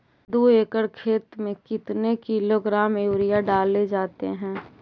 दू एकड़ खेत में कितने किलोग्राम यूरिया डाले जाते हैं?